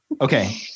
Okay